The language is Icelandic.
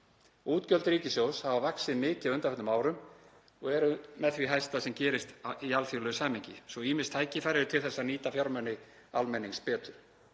Útgjöld ríkissjóðs hafa vaxið mikið á undanförnum árum og eru með því hæsta sem gerist í alþjóðlegu samhengi, svo ýmis tækifæri eru til að nýta fjármuni almennings betur.